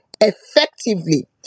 effectively